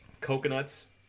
coconuts